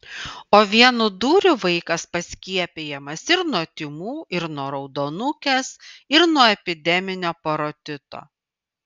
o vienu dūriu vaikas paskiepijamas ir nuo tymų ir nuo raudonukės ir nuo epideminio parotito